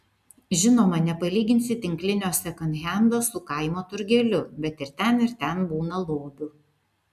žinoma nepalyginsi tinklinio sekondhendo su kaimo turgeliu bet ir ten ir ten būna lobių